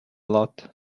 lot